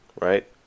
right